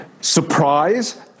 surprise